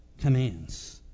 commands